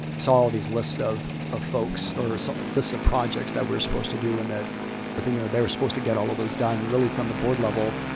so all of these lists of of folks, or sort of lists of projects that we're supposed to do, and that they're thinking that they were supposed to get all of those done, really, from the board level.